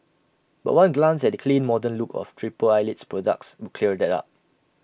but one glance at the clean modern look of triple Eyelid's products would clear that up